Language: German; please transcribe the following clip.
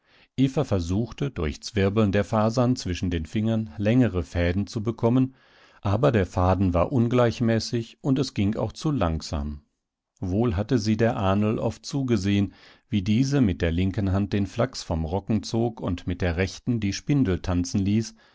versuchte durch zwirbeln der fasern zwischen den fingern längere fäden zu bekommen aber der faden war ungleichmäßig und es ging auch zu langsam wohl hatte sie der ahnl oft zugesehen wie diese mit der linken hand den flachs vom rocken zog und mit der rechten die spindel tanzen ließ